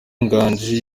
nganji